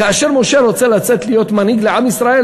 כאשר משה רוצה לצאת להיות מנהיג לעם ישראל,